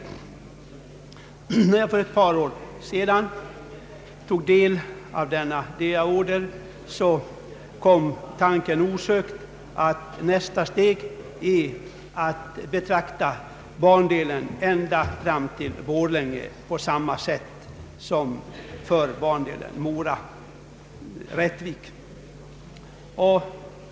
När jag för ett par år sedan tog del av denna Da-order, uppkom osökt den tanken att nästa steg blir att betrakta sträckan ända fram till Borlänge på samma sätt.